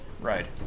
ride